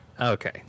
Okay